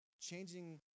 Changing